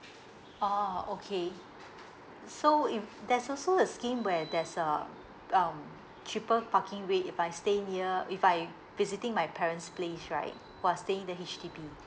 oh okay so if there's also a scheme where there's a um cheaper parking rate if I stay near if I visiting my parent's place right who are staying in the H_D_B